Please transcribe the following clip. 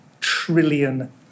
trillion